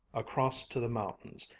across to the mountains,